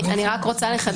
אני רק רוצה לחדד.